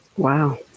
Wow